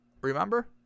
remember